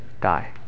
die